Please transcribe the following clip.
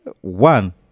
one